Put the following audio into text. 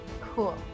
Cool